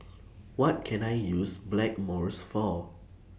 What Can I use Blackmores For